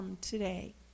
today